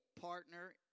partner